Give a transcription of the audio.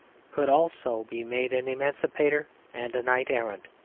could also be made an emancipator and a knight errant.